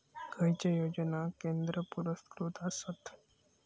खैचे योजना केंद्र पुरस्कृत आसत?